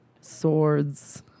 swords